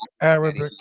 Arabic